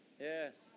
Yes